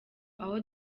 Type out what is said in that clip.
aho